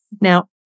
Now